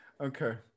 Okay